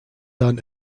dann